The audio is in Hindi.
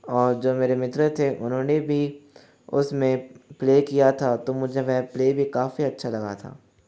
और जो मेरे मित्र थे उन्होंने भी उसमें प्ले किया था तो मुझे वह प्ले भी काफ़ी अच्छा लगा था